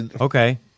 Okay